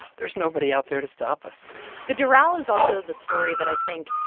there's nobody out there to stop us the doral is also the story that i think,